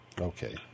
Okay